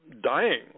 dying